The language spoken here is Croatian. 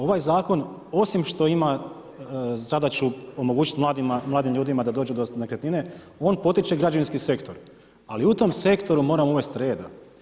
Ovaj zakon osim što ima zadaću omogućit mladim ljudima da dođu do nekretnine, on potiče građevinski sektor, ali u tom sektoru moramo uvest reda.